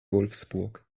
wolfsburg